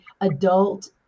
adult